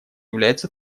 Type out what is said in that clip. является